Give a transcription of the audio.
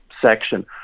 section